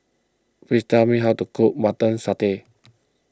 please tell me how to cook Mutton Satay